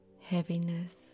Heaviness